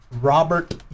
Robert